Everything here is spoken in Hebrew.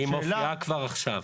כי היא מופיעה כבר עכשיו.